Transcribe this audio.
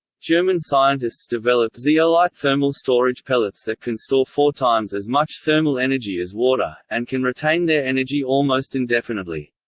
german scientists develop zeolite thermal storage pellets that can store four times as much thermal energy as water, and can retain their energy almost indefinitely.